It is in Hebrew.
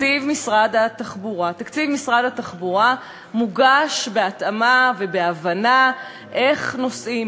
תקציב משרד התחבורה: תקציב משרד התחבורה מוגש בהתאמה ובהבנה איך נוסעים,